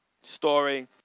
Story